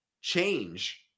change